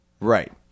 Right